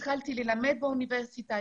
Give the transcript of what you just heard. התחלתי ללמד באוניברסיטה,